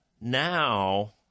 now